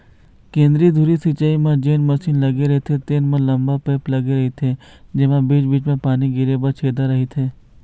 केंद्रीय धुरी सिंचई म जेन मसीन लगे रहिथे तेन म लंबा पाईप लगे रहिथे जेमा बीच बीच म पानी गिरे बर छेदा रहिथे